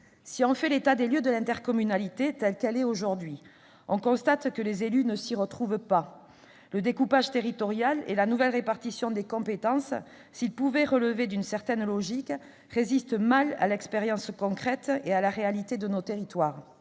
Si l'on fait l'état des lieux de l'intercommunalité telle qu'elle est aujourd'hui, on constate que les élus ne s'y retrouvent pas. Le découpage territorial et la nouvelle répartition des compétences, s'ils pouvaient relever d'une certaine logique, résistent mal à l'expérience concrète, à la réalité de nos territoires.